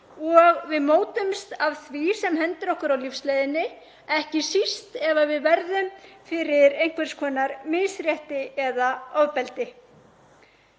og við mótumst af því sem hendir okkur á lífsleiðinni, ekki síst ef við verðum fyrir einhvers konar misrétti eða ofbeldi.